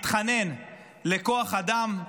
מתחנן לכוח אדם,